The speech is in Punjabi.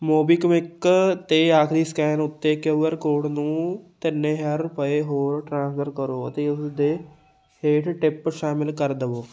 ਮੋਬੀਕਵਿਕ 'ਤੇ ਆਖਰੀ ਸਕੈਨ ਉੱਤੇ ਕਿਯੂ ਆਰ ਕੋਡ ਨੂੰ ਤਿੰਨ ਹਜ਼ਾਰ ਰੁਪਏ ਹੋਰ ਟ੍ਰਾਂਸਫਰ ਕਰੋ ਅਤੇ ਉਸ ਦੇ ਹੇਠ ਟਿਪ ਸ਼ਾਮਿਲ ਕਰ ਦੇਵੋ